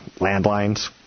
landlines